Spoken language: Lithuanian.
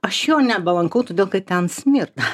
aš jo nebelankau todėl kad ten smirda